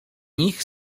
nich